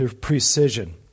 precision